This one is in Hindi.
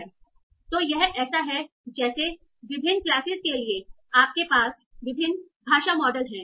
तो यह ऐसा है जैसे विभिन्न क्लासेस के लिएआपके पास विभिन्न भाषा मॉडल हैं